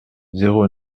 zéro